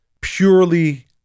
purely